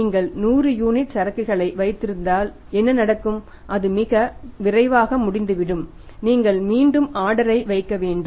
நீங்கள் 100 யூனிட் சரக்குகளை வைத்திருந்தால் என்ன நடக்கும் அது மிக விரைவாக முடிந்துவிடும் நீங்கள் மீண்டும் ஆர்டரை வைக்க வேண்டும்